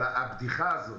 אבל הבדיחה הזאת,